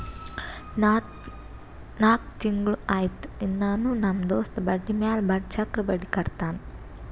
ನಾಕ್ ತಿಂಗುಳ ಆಯ್ತು ಇನ್ನಾನೂ ನಮ್ ದೋಸ್ತ ಬಡ್ಡಿ ಮ್ಯಾಲ ಚಕ್ರ ಬಡ್ಡಿ ಕಟ್ಟತಾನ್